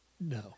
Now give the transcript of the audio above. No